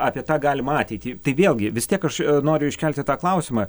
apie tą galimą ateitį tai vėlgi vis tiek aš noriu iškelti tą klausimą